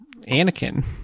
Anakin